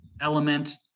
element